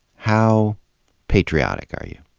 how patriotic are you?